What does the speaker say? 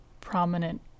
prominent